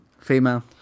Female